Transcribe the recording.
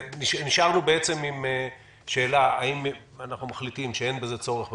נשארנו עם השאלה האם אנחנו מחליטים שאין בזה צורך בכלל,